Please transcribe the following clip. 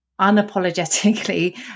unapologetically